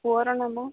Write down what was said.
ପୁଅର ନାମ